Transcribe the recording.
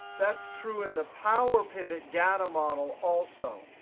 that's true in the power pivot data model also.